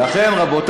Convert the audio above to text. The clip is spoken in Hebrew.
רבותי,